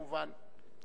כמובן.